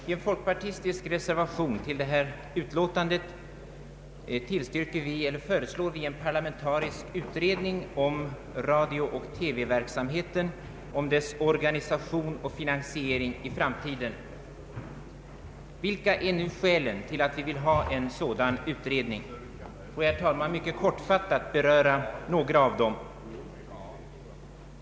I en folkpartistisk reservation till utlåtandet föreslås en parlamentarisk utredning om radiooch TV verksamheten, om dess organisation och finansiering i framtiden. Vilka är nu skälen till att vi vill ha en sådan utredning? Får jag, herr talman, mycket kortfattat beröra några av dem.